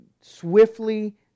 swiftly